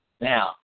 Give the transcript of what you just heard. Now